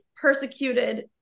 persecuted